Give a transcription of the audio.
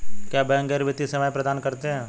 क्या बैंक गैर वित्तीय सेवाएं प्रदान करते हैं?